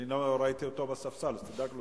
לא ראיתי אותו בספסל, אז תדאג שיבוא.